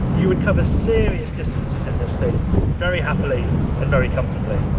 you would cover serious distances in this thing very happily and very comfortably.